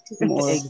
more